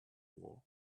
war